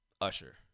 Usher